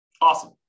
Awesome